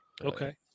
okay